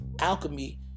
alchemy